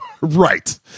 Right